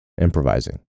improvising